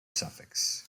suffix